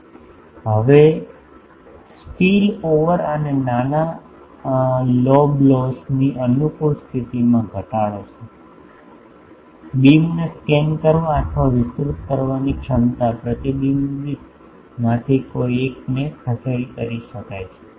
તેથી હવે spill over અને નાના લોબ લોસની અનુકૂળ સ્થિતિમાં ઘટાડો છે બીમ ને સ્કેન કરવા અથવા વિસ્તૃત કરવાની ક્ષમતા પ્રતિબિંબિત માંથી કોઈ એક ને ખસેડીને કરી શકાય છે